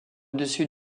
dessus